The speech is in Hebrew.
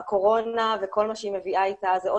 הקורונה וכל מה שהיא מביאה איתה זה או